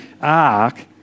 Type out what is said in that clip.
ark